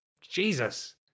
Jesus